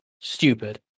stupid